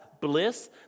bliss